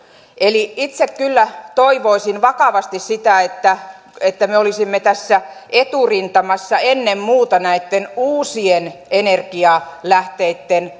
itse kyllä toivoisin vakavasti sitä että että me olisimme tässä eturintamassa ennen muuta näitten uusien energialähteitten